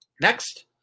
Next